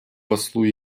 послу